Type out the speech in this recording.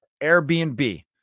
Airbnb